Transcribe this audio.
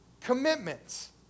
commitments